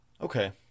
Okay